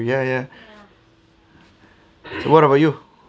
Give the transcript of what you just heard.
ya ya what about you